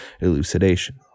elucidation